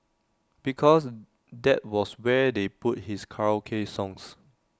because that was where they put his karaoke songs